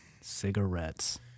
cigarettes